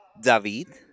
David